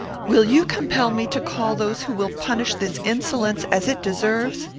will you compel me to call those who will punish this insolence as it deserves?